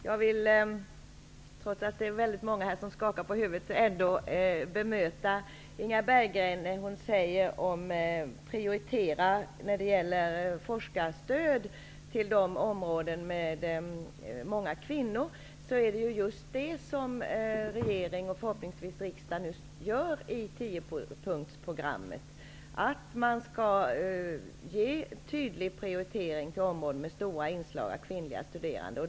Herr talman! Jag vill bemöta Inga Berggren när hon talar om prioritering av forskarstöd till områden med många kvinnor. Det är just det regeringen och förhoppningsvis riksdagen gör i och med tiopunktsprogrammet, en tydlig prioritering av områden med stora inslag av kvinnliga studerande.